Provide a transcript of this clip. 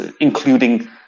including